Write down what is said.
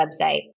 website